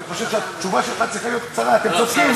אני חושב שהתשובה שלך צריכה להיות קצרה: אתם צודקים.